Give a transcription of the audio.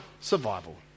survival